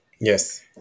Yes